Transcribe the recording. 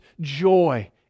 joy